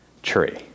tree